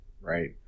Right